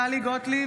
טלי גוטליב,